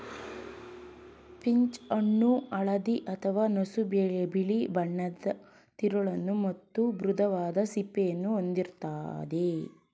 peach ಹಣ್ಣು ಹಳದಿ ಅಥವಾ ನಸುಬಿಳಿ ಬಣ್ಣದ್ ತಿರುಳನ್ನು ಮತ್ತು ಮೃದುವಾದ ಸಿಪ್ಪೆಯನ್ನು ಹೊಂದಿರ್ತದೆ